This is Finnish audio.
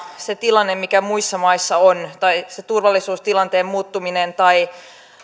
se tilanne mikä muissa maissa on turvallisuustilanteen muuttuminen